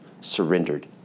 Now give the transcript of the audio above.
surrendered